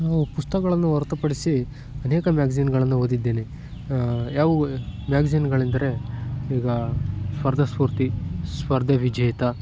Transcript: ನಾವು ಪುಸ್ತಕಗಳನ್ನು ಹೊರತುಪಡಿಸಿ ಅನೇಕ ಮ್ಯಾಗ್ಜಿನ್ಗಳನ್ನು ಓದಿದ್ದೇನೆ ಯಾವ ಮ್ಯಾಗ್ಜಿನ್ಗಳೆಂದರೆ ಈಗ ಸ್ಪರ್ಧಾಸ್ಪೂರ್ತಿ ಸ್ಪರ್ಧಾವಿಜೇತ